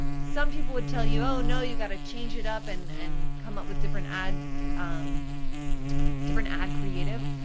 some people would tell you, oh no, you gotta change it up and and come up with different ad um different ad creative,